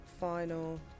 final